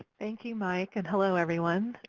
thank you mike. and hello everyone.